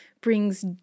brings